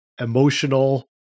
emotional